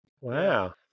Wow